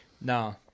no